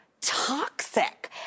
toxic